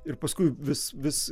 ir paskui vis vis